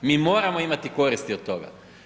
Mi moramo imati koristi od toga.